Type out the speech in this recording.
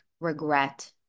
regret